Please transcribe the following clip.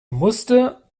musste